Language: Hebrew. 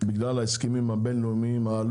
בגלל ההסכמים הבין-לאומיים,